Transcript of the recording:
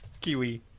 Kiwi